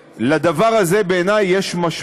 לדבר הזה יש בעיני משמעות,